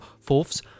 fourths